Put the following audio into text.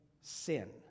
sin